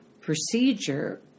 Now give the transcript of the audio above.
procedure